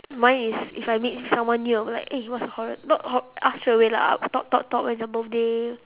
mine is if I meet someone new I'm like eh what's your horo~ not horo~ ask straightaway lah talk talk talk when's your birthday